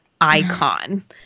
icon